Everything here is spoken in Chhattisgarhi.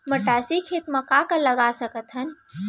मटासी खेत म का का लगा सकथन?